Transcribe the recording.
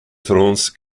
trance